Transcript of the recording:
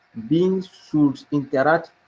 beings should interact,